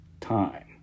time